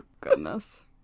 goodness